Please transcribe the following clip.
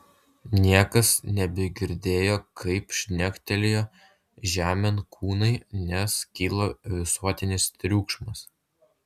niekas nebegirdėjo kaip žnektelėjo žemėn kūnai nes kilo visuotinis triukšmas